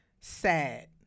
sad